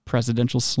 Presidential